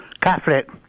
Catholic